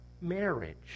marriage